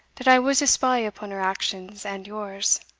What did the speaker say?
that i was a spy upon her actions and yours.